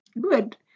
good